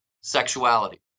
sexuality